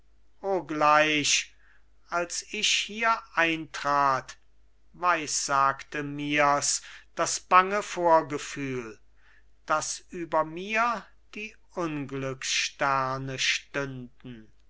gleich als ich hier eintrat weissagte mirs das bange vorgefühl daß über mir die unglückssterne stünden